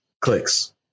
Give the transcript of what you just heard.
Clicks